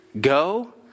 go